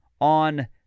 on